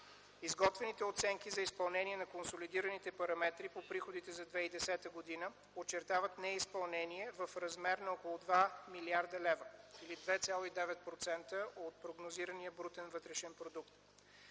Изготвените оценки за изпълнение на консолидираните параметри по приходите за 2010 г. очертават неизпълнение в размер на около 2 млрд. лв., или 2,9% от прогнозирания брутен вътрешен продукт.